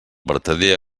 vertader